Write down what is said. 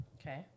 Okay